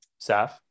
Saf